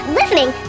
listening